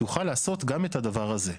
יוכל לעשות גם את הדבר הזה.